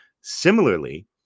similarly